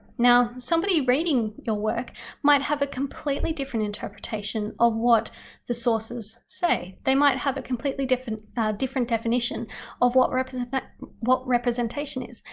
somebody reading your work might have a completely different interpretation of what the sources say. they might have a completely different different definition of what representation what representation is,